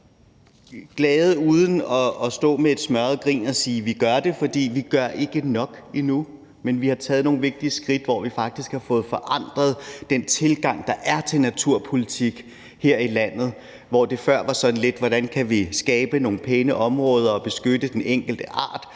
glade uden at stå med et smørret grin og sige: Vi gør det. For vi gør ikke nok endnu, men vi har taget nogle vigtige skridt, hvor vi faktisk har fået forandret den tilgang, der er til naturpolitik her i landet. Hvor det før var sådan lidt noget med, hvordan man kunne skabe nogle pæne områder og beskytte den enkelte art,